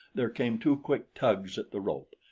there came two quick tugs at the rope.